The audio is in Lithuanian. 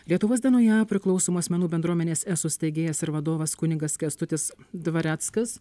lietuvos dienoje priklausomų asmenų bendruomenės esu steigėjas ir vadovas kunigas kęstutis dvareckas